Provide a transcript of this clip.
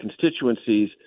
constituencies